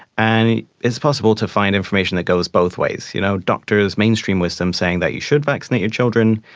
and it's possible to find information that goes both ways. you know doctors, mainstream wisdom saying that you should vaccinate your children,